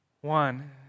One